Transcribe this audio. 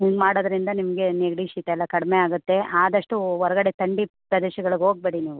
ಹಿಂಗೆ ಮಾಡೋದರಿಂದ ನಿಮಗೆ ನೆಗಡಿ ಶೀತ ಎಲ್ಲ ಕಡಿಮೆ ಆಗುತ್ತೆ ಆದಷ್ಟು ಹೊರ್ಗಡೆ ಥಂಡಿ ಪ್ರದೇಶಗಳಿಗೆ ಹೋಗ್ಬೇಡಿ ನೀವು